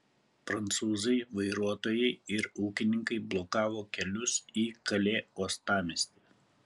prancūzai vairuotojai ir ūkininkai blokavo kelius į kalė uostamiestį